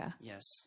Yes